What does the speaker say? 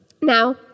Now